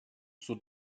zur